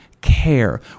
care